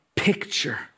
picture